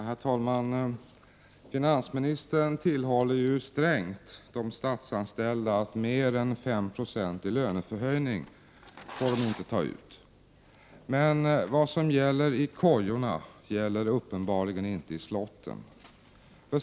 Herr talman! Finansministern tillhåller ju strängt de statsanställda att inte ta ut mer än 5 26 i löneförhöjning. Men vad som gäller i kojorna gäller uppenbarligen inte i slotten.